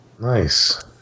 Nice